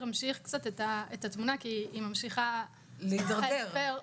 אני אמשיך קצת את התמונה כי היא ממשיכה וצריכה הסבר.